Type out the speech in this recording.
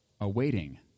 awaiting